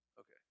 Okay